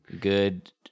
Good